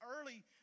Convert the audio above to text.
early